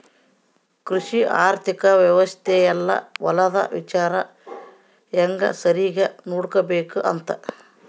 ಕೃಷಿ ಆರ್ಥಿಕ ವ್ಯವಸ್ತೆ ಯೆಲ್ಲ ಹೊಲದ ವಿಚಾರ ಹೆಂಗ ಸರಿಗ ನೋಡ್ಕೊಬೇಕ್ ಅಂತ